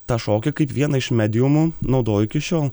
tą šokį kaip vieną iš mediumų naudoju iki šiol